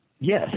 Yes